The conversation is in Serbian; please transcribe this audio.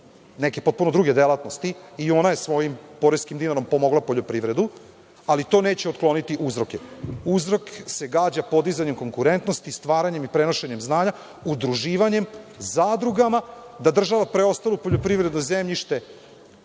neke potpuno druge delatnosti i ona je svojim poreskim dinarom pomogla poljoprivredu, ali to neće otkloniti uzroke. Uzrok se gađa podizanjem konkurentnosti, stvaranjem i prenošenjem znanja, udruživanjem, zadrugama, da država preostalo poljoprivredno zemljište